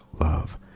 love